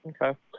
Okay